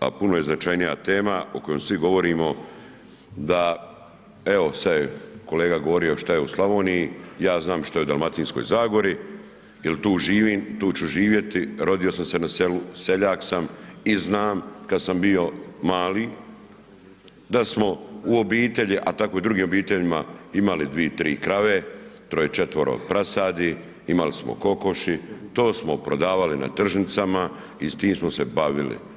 a puno je značajnija tema o kojoj svi govorimo da, evo sad je kolega govorio šta je u Slavoniji, ja znam šta je u Dalmatinskoj zagori jel tu živim, tu ću živjeti, rodio sam se na selu, seljak sam i znam kad sam bio mali da smo u obitelji, a tako i drugim obiteljima imali dvi, tri krave, troje, četvero prasadi, imali smo kokoši, to smo prodavali na tržnicama i s tim smo se bavili.